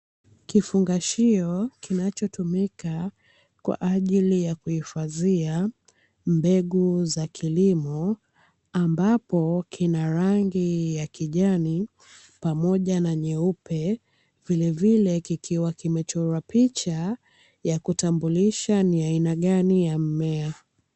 Kifungashio kinachotumika kwa ajili ya kuhifadhia mbegu za kilimo, ambapo kina rangi ya kijani pamoja na nyeupe, vilevile kikiwa kimechorwa picha ya kutambulisha ni aina gani ya mmea.